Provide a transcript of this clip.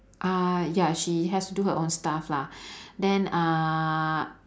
uh ya she has to do her own stuff lah then uh